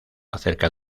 acerca